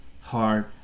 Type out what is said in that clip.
hard